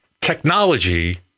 Technology